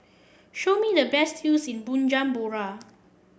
show me the best in Bujumbura